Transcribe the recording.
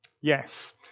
Yes